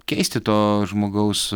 keisti to žmogaus